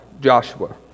Joshua